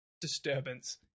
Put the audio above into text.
disturbance